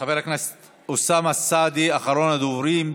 חבר הכנסת אוסאמה סעדי, אחרון הדוברים.